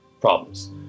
problems